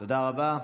תודה רבה.